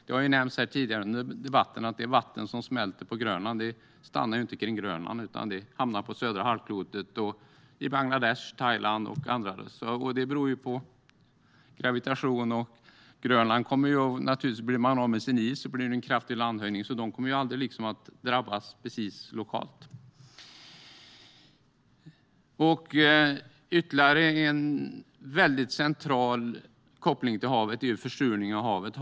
Det har nämnts tidigare under debatten att det vatten som smälter på Grönland inte stannar kring Grönland utan hamnar på södra halvklotet i Bangladesh, Thailand och på andra ställen. Det beror på gravitation. Om Grönland blir av med sin is blir det en kraftig landhöjning, så det kommer aldrig att drabbas lokalt. Ytterligare en väldigt central koppling till havet är försurning av havet.